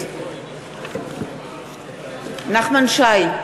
נגד נחמן שי,